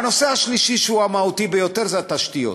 והנושא השלישי, שהוא המהותי ביותר, הוא התשתיות.